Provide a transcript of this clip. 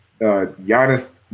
Giannis